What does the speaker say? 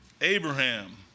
Abraham